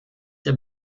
der